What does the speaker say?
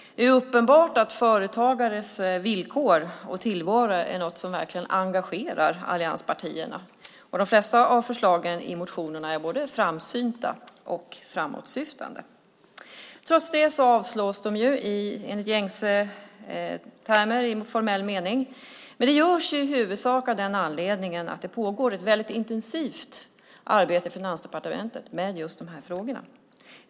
Det är uppenbart att företagares villkor och tillvaro är något som verkligen engagerar allianspartierna. De flesta av förslagen i motionerna är både framsynta och framåtsyftande. Trots det avstyrks de i gängse termer i formell mening. Det görs i huvudsak av den anledningen att det pågår ett väldigt intensivt arbete i Finansdepartementet med just de här frågorna.